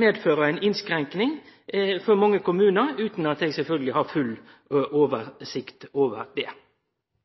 medføre ei innskrenking for mange kommunar – utan at eg har full oversikt over det,